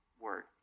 word